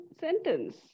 sentence